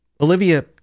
Olivia